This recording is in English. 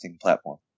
platform